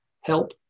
help